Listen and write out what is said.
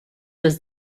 was